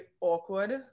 awkward